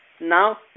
Now